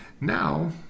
now